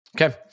Okay